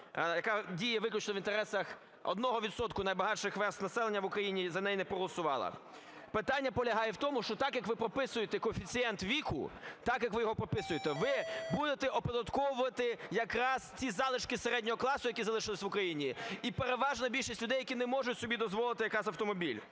яка діє виключно в інтересах 1 відсотка найбагатших верств населення в Україні, за неї не проголосувала. Питання полягає в тому, що так, як ви прописуєте коефіцієнт віку, так як ви його прописуєте, ви будете оподатковувати якраз ці залишки середнього класу, які залишились в Україні, і переважна більшість людей, які не можуть собі дозволити якраз автомобіль,